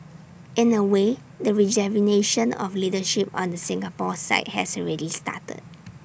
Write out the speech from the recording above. in A way the rejuvenation of leadership on the Singapore side has already started